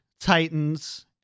Titans